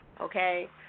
Okay